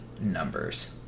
numbers